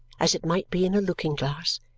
as it might be in a looking-glass,